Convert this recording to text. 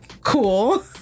cool